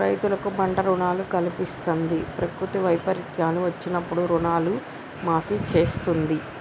రైతులకు పంట రుణాలను కల్పిస్తంది, ప్రకృతి వైపరీత్యాలు వచ్చినప్పుడు రుణాలను మాఫీ చేస్తుంది